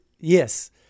yes